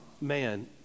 man